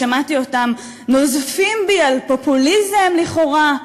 שמעתי אותם נוזפים בי על פופוליזם לכאורה.